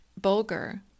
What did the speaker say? bulgur